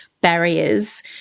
barriers